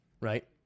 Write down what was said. Right